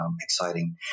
exciting